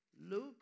Luke